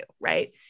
right